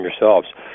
yourselves